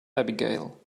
abigail